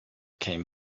came